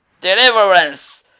deliverance